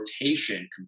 rotation